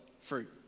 Fruit